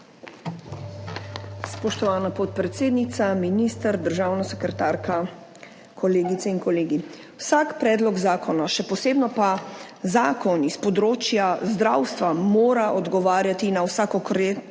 Spoštovana podpredsednica, minister, državna sekretarka, kolegice in kolegi! Vsak predlog zakona, še posebno pa zakon s področja zdravstva, mora odgovarjati na vsakokratne